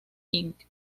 inc